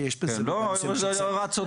זו הערה צודקת.